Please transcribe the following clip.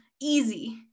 Easy